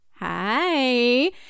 Hi